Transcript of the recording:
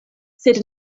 sed